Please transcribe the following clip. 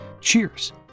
Cheers